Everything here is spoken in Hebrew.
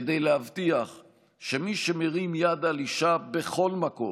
כדי להבטיח שמי שמרים יד על אישה בכל מקום,